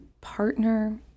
partner